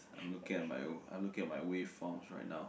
I am looking at my I am looking at my wave forms right now